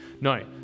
No